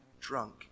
drunk